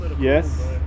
Yes